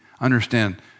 understand